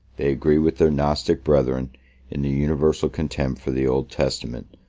they agreed with their gnostic brethren in the universal contempt for the old testament,